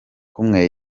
umwe